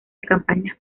campañas